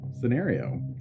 scenario